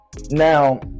Now